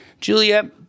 Julia